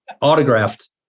autographed